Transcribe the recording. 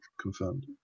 Confirmed